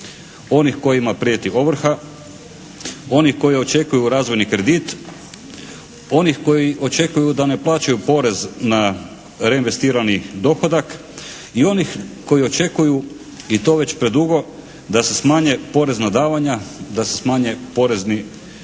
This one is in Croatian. onih kojima prijeti ovrha, onih koji očekuju razvojni kredit, onih koji očekuju da ne plaćaju porez na reinvestirani dohodak i onih koji očekuju i to već predugo da se smanje porezna davanja, da se smanje porezni